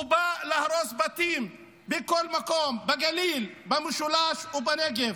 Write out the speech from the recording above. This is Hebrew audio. הוא בא להרוס בתים בכל מקום, בגליל, במשולש ובנגב.